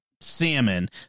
salmon